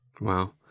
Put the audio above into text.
Wow